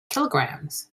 kilograms